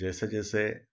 जैसे जैसे